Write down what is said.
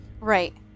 Right